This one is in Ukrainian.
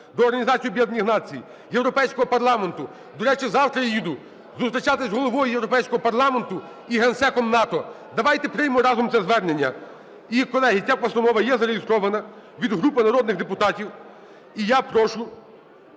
до Організації Об'єднаних Націй, Європейського парламенту. До речі, завтра я їду зустрічатися з Головою Європейського парламенту і Генсеком НАТО, давайте приймемо разом це звернення. І, колеги, ця постанова є зареєстрована від групи народних депутатів, і я прошу